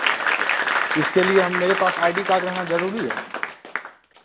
इसके लिए हम मेरे पास आइ डी कार्ड रहना जरूरी है